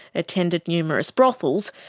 attended numerous brothels,